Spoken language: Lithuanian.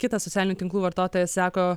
kitas socialinių tinklų vartotojas sako